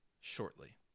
shortly